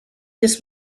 this